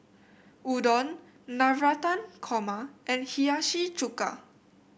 Udon Navratan Korma and Hiyashi Chuka